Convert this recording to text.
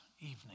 evening